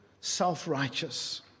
self-righteous